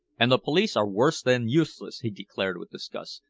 and the police are worse than useless, he declared with disgust.